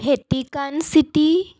Vatican city